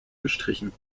gestrichen